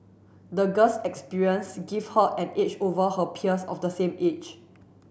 the girl's experience give her an edge over her peers of the same age